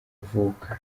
avuka